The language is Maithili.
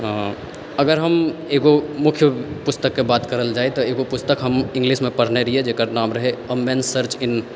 अगर हम एगो मुख्य पुस्तक के बात करल जाय तऽ एगो पुस्तक हम इंग्लिश मे पढ़ने रहियै जकर नाम रहै अमभेन सर्च इन